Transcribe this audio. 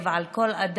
הכאב, על כל אדם,